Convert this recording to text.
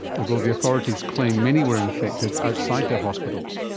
although the authorities claim many were infected outside their hospitals.